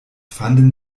fanden